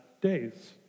days